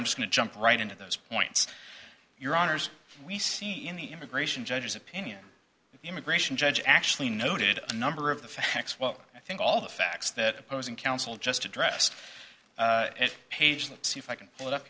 to jump right into those points your honour's we see in the immigration judges opinion immigration judge actually noted a number of the facts well i think all the facts that opposing counsel just addressed it page let's see if i can put it up